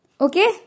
okay